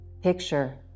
Picture